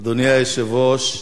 אדוני היושב-ראש,